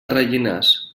rellinars